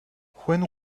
when